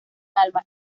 alma